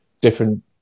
different